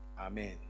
Amen